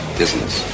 business